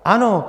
Ano.